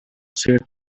said